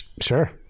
sure